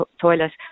toilet